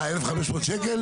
אה, 1,500 שקלים?